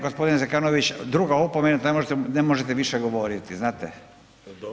Gospodin Zekanović druga opomena, ne možete više govoriti znate.